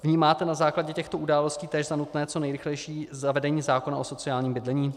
Vnímáte na základě těchto události též za nutné co nejrychlejší zavedení zákona o sociálním bydlení?